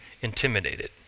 intimidated